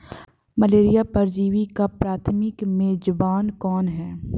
Malaria परजीवी का प्राथमिक मेजबान कौन है?